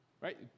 right